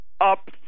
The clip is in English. up